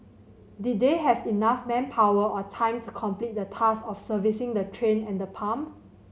did they have enough manpower or time to complete the task of servicing the train and the pump